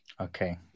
Okay